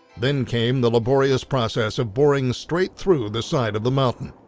then came the laborious process of boring straight through the side of the mountain.